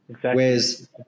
Whereas